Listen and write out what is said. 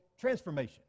transformation